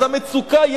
אז המצוקה,